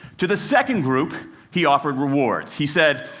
to the second group he offered rewards. he said,